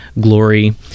glory